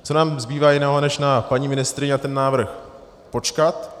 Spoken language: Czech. Co nám zbývá jiného, než na paní ministryni a ten návrh počkat.